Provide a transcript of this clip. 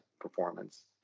performance